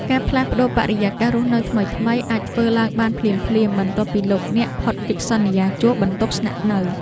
ការផ្លាស់ប្តូរបរិយាកាសរស់នៅថ្មីៗអាចធ្វើឡើងបានភ្លាមៗបន្ទាប់ពីលោកអ្នកផុតកិច្ចសន្យាជួលបន្ទប់ស្នាក់នៅ។